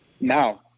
no